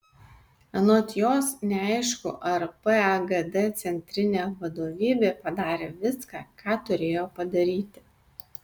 anot jos neaišku ar pagd centrinė vadovybė padarė viską ką turėjo padaryti